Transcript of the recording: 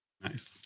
Nice